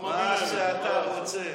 מה שאתה רוצה.